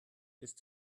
ist